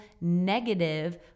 negative